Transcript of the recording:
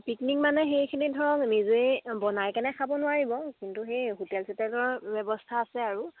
picnic মানে সেইখিনি ধৰক নিজে বনাই কেনে খাব নোৱাৰিব কিন্তু সেই হোটেল চোটেলৰ ব্যৱস্থা আছে আৰু